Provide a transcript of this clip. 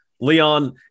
Leon